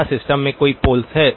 z 0 कितने poles हैं